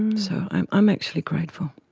um so i'm i'm actually grateful.